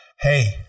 hey